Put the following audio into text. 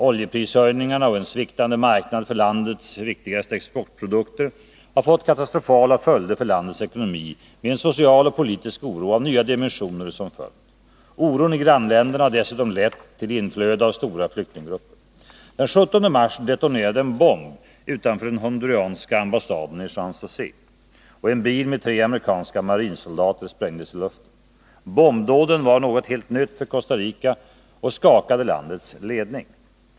Oljeprishöjningar och en sviktande marknad för landets viktigaste exportprodukter har fått katastrofala följder för landets ekonomi med en social och gärder med anledpolitisk oro av nya dimensioner som följd. Oron i grannländerna har ning av de polidessutom lett till inflöde av stora flyktinggrupper. tiska förhållande Den 17 mars detonerade en bomb utanför den honduranska ambassaden i Bombdåden var något helt nytt för Costa Rica och skakade landets ledning.